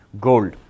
gold